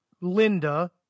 Linda